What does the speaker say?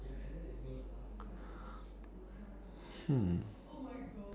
mm